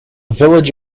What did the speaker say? village